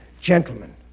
Gentlemen